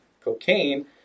cocaine